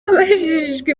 abajijwe